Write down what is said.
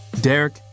Derek